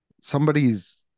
somebody's